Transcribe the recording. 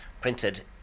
printed